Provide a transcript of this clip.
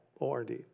O-R-D